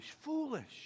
foolish